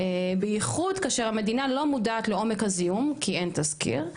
בייחוד כאשר המדינה לא מודעת לעומק הזיהום כי אין תזכיר,